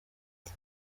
ati